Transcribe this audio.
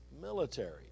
military